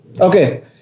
Okay